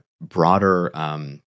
broader